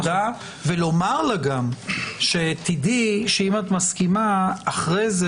ולומר לה גם שתדעי שאם את מסכימה אחרי זה